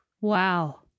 Wow